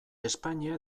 espainia